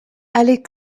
allée